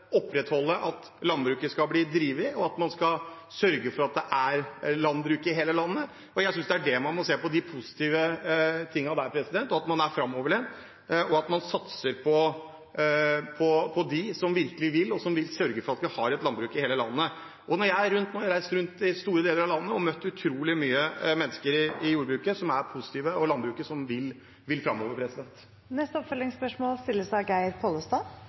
opprettholde drift og sørge for at det er landbruk i hele landet. Jeg synes det er det man må se på, de positive tingene der, og at man er framoverlent, satser på dem som virkelig vil, og som vil sørge for at vi har et landbruk i hele landet. Jeg har nå reist rundt i store deler av landet og møtt utrolig mange mennesker i jordbruket som er positive, og et landbruk som vil framover. Geir Pollestad – til oppfølgingsspørsmål.